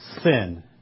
sin